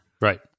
right